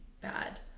bad